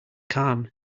calm